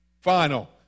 final